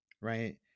right